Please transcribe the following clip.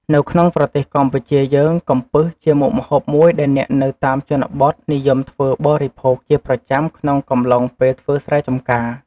នៅក្នុងប្រទេសកម្ពុជាយើង កំពឹសជាមុខម្ហូបមួយដែលអ្នកនៅតាមជនបទនិយមធ្វើបរិភោគជាប្រចាំក្នុងកំឡុងពេលធ្វើស្រែចំការ។